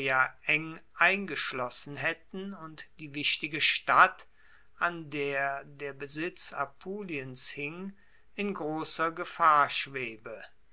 eingeschlossen haetten und die wichtige stadt an der der besitz apuliens hing in grosser gefahr schwebe